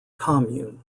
commune